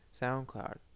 SoundCloud